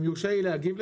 אם יורשה לי להגיב.